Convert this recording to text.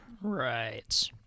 Right